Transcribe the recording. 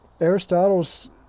Aristotle's